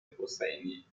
حسینی